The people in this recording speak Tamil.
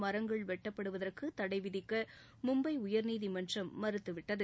மரங்கள் வெட்டப்படுவதற்கு தடை விதிக்க மும்பை உயா்நீதிமன்றம் மறுத்துவிட்டது